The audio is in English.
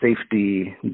safety